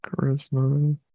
Charisma